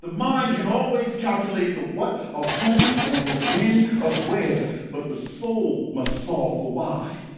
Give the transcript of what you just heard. the mind can always calculate the what, of who and the when of where, but the soul must solve for why.